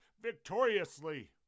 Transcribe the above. victoriously